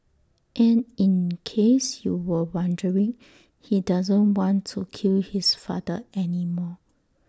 and in case you were wondering he doesn't want to kill his father anymore